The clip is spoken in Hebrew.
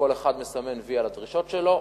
כל אחד מסמן "וי" על הדרישות שלו,